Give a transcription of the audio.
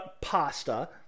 pasta